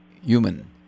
human